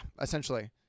essentially